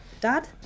dad